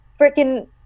freaking